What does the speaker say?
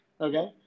Okay